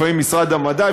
לפעמים משרד המדע,